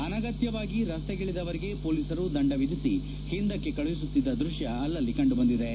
ಅನಗತ್ಯವಾಗಿ ರಸ್ತೆಗಿಳಿದವರಿಗೆ ಪೊಲೀಸರು ದಂಡ ವಿಧಿಸಿ ಹಿಂದಕ್ಕೆ ಕಳುಹಿಸುತ್ತಿದ್ದ ದೃಶ್ಯ ಅಲ್ಲಲ್ಲಿ ಕಂಡುಬಂದಿವೆ